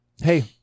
Hey –